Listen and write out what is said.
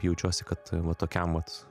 jaučiuosi kad va tokiam vat